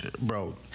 Bro